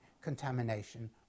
contamination